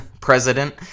president